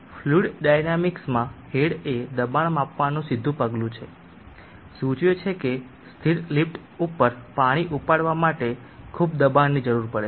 fluid dynamics માં head એ દબાણ માપવાનું સીધું પગલું છે સૂચવે છે કે સ્થિર લિફ્ટ ઉપર પાણી ઉપાડવા માટે ખૂબ દબાણની જરૂર પડે છે